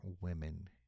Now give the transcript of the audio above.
women